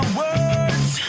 words